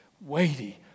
weighty